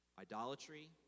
Idolatry